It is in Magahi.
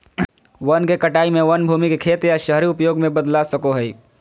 वन के कटाई में वन भूमि के खेत या शहरी उपयोग में बदल सको हइ